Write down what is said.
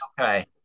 Okay